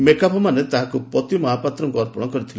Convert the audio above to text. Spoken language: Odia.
ମେକାପ ମାନେ ତାହାକୁ ପତି ମହାପାତ୍ରଙ୍କୁ ଅର୍ପଣ କରିଥିଲେ